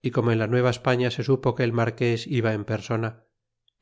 y como en la nueva españa se supo que el marques iba en persona